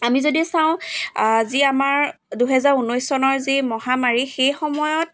আমি যদি চাওঁ যি আমাৰ দুহেজাৰ ঊনৈছ চনৰ যি মহামাৰী সেই সময়ত